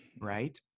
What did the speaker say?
right